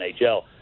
NHL